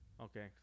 Okay